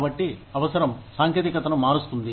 కాబట్టి అవసరం సాంకేతికతను మారుస్తుంది